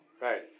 Right